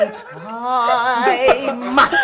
time